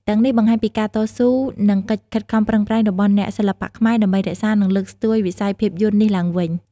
ទាំងនេះបង្ហាញពីការតស៊ូ និងកិច្ចខិតខំប្រឹងប្រែងរបស់អ្នកសិល្បៈខ្មែរដើម្បីរក្សា និងលើកស្ទួយវិស័យភាពយន្តនេះឡើងវិញ។